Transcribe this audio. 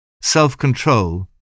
Self-control